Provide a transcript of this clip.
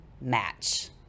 match